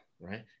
right